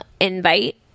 invite